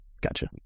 gotcha